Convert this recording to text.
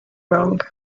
wrong